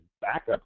backup